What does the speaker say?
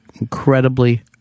Incredibly